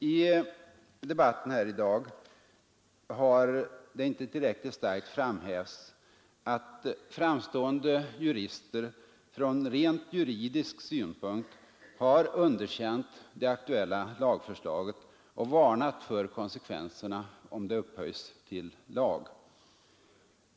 I debatten här i dag har det inte tillräckligt starkt framhävts att framstående jurister från rent juridisk synpunkt har underkänt det aktuella lagförslaget och varnat för konsekvenserna om det upphöjs till lag.